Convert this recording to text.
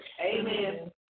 Amen